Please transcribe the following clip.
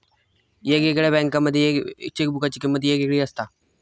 येगयेगळ्या बँकांमध्ये चेकबुकाची किमंत येगयेगळी असता